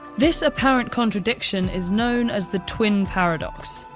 this apparent contradiction is known as the twin paradox.